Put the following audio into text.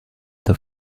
the